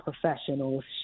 professionals